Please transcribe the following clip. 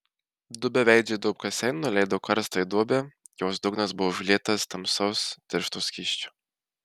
du beveidžiai duobkasiai nuleido karstą į duobę jos dugnas buvo užlietas tamsaus tiršto skysčio